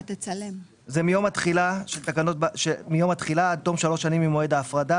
הוא מיום התחילה עד תום שלוש שנים ממועד ההפרדה